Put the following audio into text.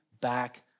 back